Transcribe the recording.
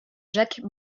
jacques